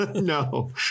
No